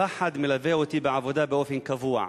הפחד מלווה אותי בעבודה באופן קבוע.